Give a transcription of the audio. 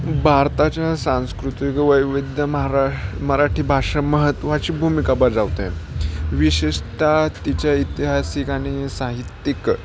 भारताच्या सांस्कृतिक वैविध्य महाराष मराठी भाषा महत्त्वाची भूमिका बजावते विशेषतः तिच्या ऐतिहासिक आणि साहित्यिक